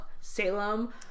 Salem